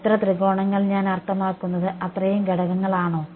എത്ര ത്രികോണങ്ങൾ ഞാൻ അർത്ഥമാക്കുന്നത് അത്രയും ഘടകങ്ങൾ ആണോ